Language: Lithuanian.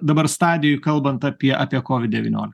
dabar stadijoj kalbant apie apie kovid devyniolika